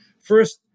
First